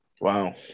Wow